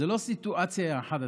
זו לא סיטואציה אחת.